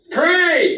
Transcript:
pray